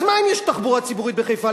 אז מה אם יש תחבורה ציבורית בחיפה?